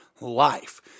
life